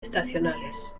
estacionales